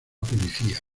policía